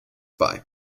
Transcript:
bei